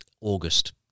August